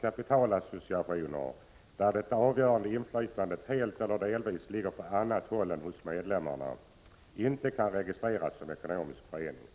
kapitalassociationer, där det avgörande inflytande helt eller delvis ligger på annat håll än hos medlemmarna, inte kan registreras som ekonomiska föreningar.